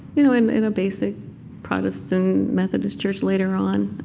you know in in a basic protestant-methodist church later on.